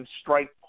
strike